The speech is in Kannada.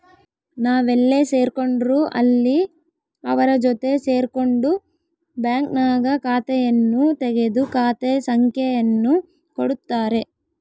ನಾವೆಲ್ಲೇ ಸೇರ್ಕೊಂಡ್ರು ಅಲ್ಲಿ ಅವರ ಜೊತೆ ಸೇರ್ಕೊಂಡು ಬ್ಯಾಂಕ್ನಾಗ ಖಾತೆಯನ್ನು ತೆಗೆದು ಖಾತೆ ಸಂಖ್ಯೆಯನ್ನು ಕೊಡುತ್ತಾರೆ